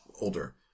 older